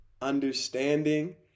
understanding